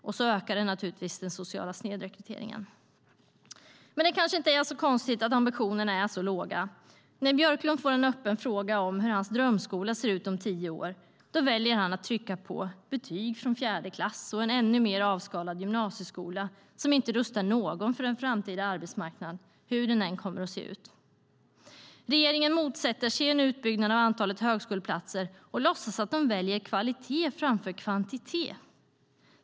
Därtill ökar det naturligtvis den sociala snedrekryteringen. Det är kanske inte så konstigt att ambitionerna är låga. När Björklund får en öppen fråga om hur hans drömskola ser ut om tio år väljer han att trycka på betyg från fjärde klass och en ännu mer avskalad gymnasieskola som inte rustar någon för en framtida arbetsmarknad hur den än kommer att se ut. Regeringen motsätter sig en utbyggnad av antalet högskoleplatser och låtsas att de väljer kvalitet framför kvantitet.